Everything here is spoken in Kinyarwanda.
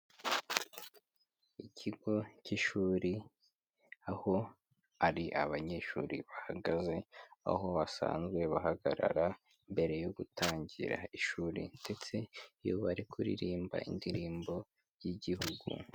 Ikigo cy'ishuri aho ari abanyeshuri bahagaze, aho basanzwe bahagarara mbere yo gutangira ishuri ndetse iyo bari kuririmba indirimbo y'igihugu.